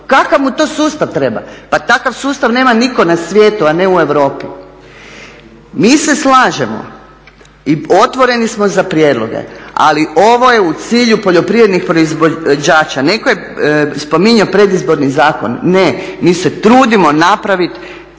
kakav mu to sustav treba? Pa takav sustav nema nitko na svijetu, a ne u Europi. Mi se slažemo i otvoreni smo za prijedloge ali ovo je u cilju poljoprivrednih proizvođača. Netko je spominjao predizborni zakon, ne, mi se trudimo napraviti